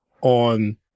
on